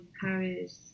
Paris